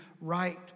right